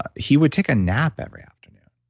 ah he would take a nap every afternoon,